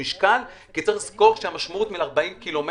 לסגור את העסק שלו בגלל הוראות פיקוד העורף